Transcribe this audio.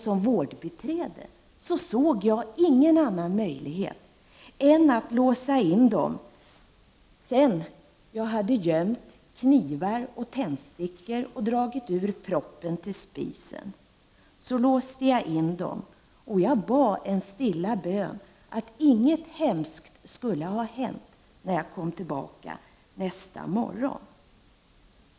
Som vårdbiträde såg jag ingen annan möjlighet än att låsa in dem, efter det att jag hade gömt knivar och tändstickor och dragit ur stickproppen till spisen. Sedan kunde jag bara be en stilla bön att inget hemskt skulle hända innan jag kom tillbaka nästa morgon.